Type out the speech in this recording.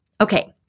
Okay